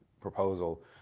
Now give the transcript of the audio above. proposal